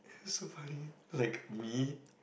so why like me